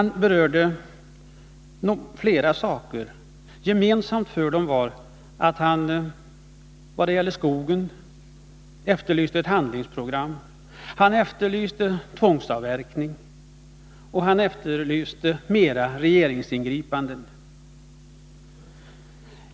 Han berörde flera saker. Han efterlyste ett handlingsprogram när det gällde skogen, han efterlyste tvångsavverkning och han efterlyste mer regeringsingripanden.